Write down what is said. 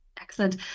Excellent